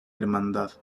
hermandad